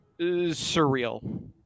surreal